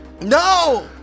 No